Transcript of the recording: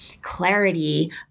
clarity